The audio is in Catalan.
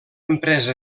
empresa